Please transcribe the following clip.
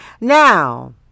Now